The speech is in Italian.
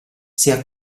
sia